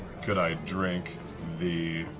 could i drink the